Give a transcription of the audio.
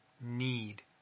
need